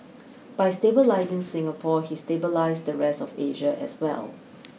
by stabilising Singapore he stabilised the rest of Asia as well